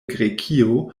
grekio